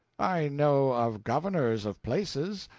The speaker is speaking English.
i know of governors of places,